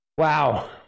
Wow